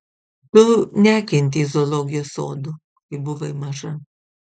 tu nekentei zoologijos sodų kai buvai maža